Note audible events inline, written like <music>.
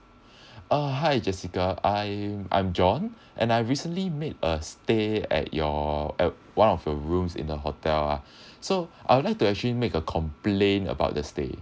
<breath> uh hi jessica I'm I'm john and I recently made a stay at your at one of your rooms in the hotel ah <breath> so I would like to actually make a complain about the stay